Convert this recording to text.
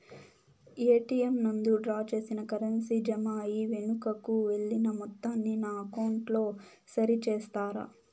ATM నందు draw చేసిన currency జామ అయి వెనుకకు వెళ్లిన మొత్తాన్ని నా అకౌంట్ లో సరి చేస్తారా?